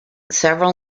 several